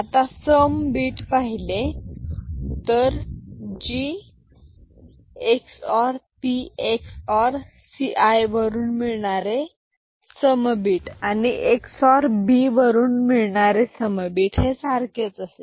आता sum bit पाहिले तर G XOR P XOR C i वरून मिळणारे सम बिट आणि XOR B वरून मिळणारे सम बिट सारखेच आहे